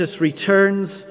returns